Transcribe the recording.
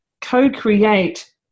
co-create